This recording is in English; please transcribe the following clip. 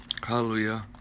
hallelujah